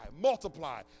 multiply